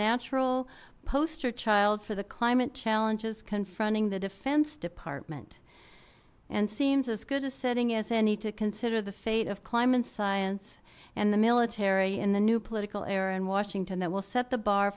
natural poster child for the climate challenges confronting the defense department and seems as good as setting as any to consider the fate of climate science and the military in the new political era in washington that will set the bar